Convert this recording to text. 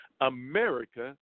america